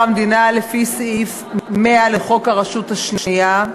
המדינה לפי סעיף 100 לחוק הרשות השנייה,